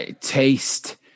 taste